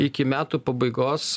iki metų pabaigos